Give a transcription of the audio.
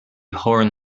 horn